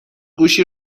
گوشی